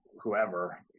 whoever